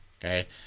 okay